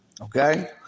Okay